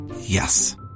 Yes